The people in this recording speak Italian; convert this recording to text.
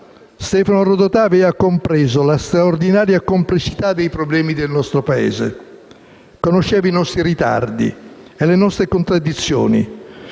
Stefano Rodotà aveva compreso la straordinaria complessità dei problemi del nostro Paese. Conosceva i nostri ritardi e le nostre contraddizioni